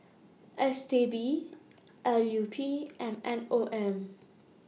S T B L U P and M O M